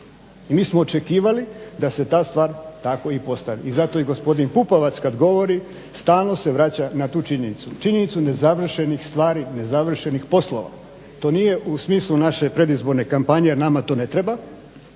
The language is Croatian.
I mi smo očekivali da se ta stvar tako i postavi. I zato i gospodin Pupovac kada govori stalno se vraća na tu činjenicu, činjenicu nezavršenih stvari, nezavršenih poslova. To nije u smislu naše predizborne kampanje jer nama to ne treba.